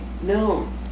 No